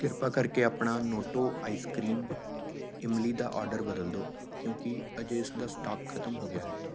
ਕਿਰਪਾ ਕਰਕੇ ਆਪਣਾ ਨੋਟੋ ਆਈਸ ਕਰੀਮ ਇਮਲੀ ਦਾ ਆਰਡਰ ਬਦਲ ਦਿਉ ਕਿਉਂਕਿ ਅਜੇ ਇਸ ਦਾ ਸਟਾਕ ਖਤਮ ਹੋ ਗਿਆ ਹੈ